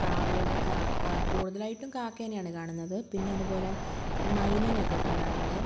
പ്രാവുകൾ കാക്ക കൂടുതലായിട്ടും കാക്കേനേ ആണ് കാണുന്നത് പിന്നെ അതുപോലേ മൈനേനെ ഒക്കെ കാണാറുണ്ട്